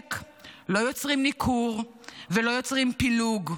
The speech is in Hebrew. לנשק לא יוצרים ניכור ולא יוצרים פילוג,